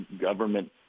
government